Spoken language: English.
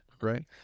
Right